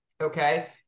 Okay